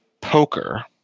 poker